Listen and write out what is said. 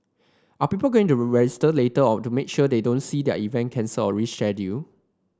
are people going to register later of to make sure they don't see their event cancelled or rescheduled